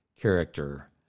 character